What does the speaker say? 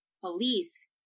police